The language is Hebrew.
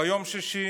ביום שישי